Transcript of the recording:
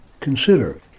Consider